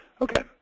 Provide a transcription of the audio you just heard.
Okay